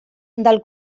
del